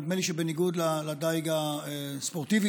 נדמה לי שבניגוד לדיג הספורטיבי,